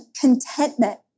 contentment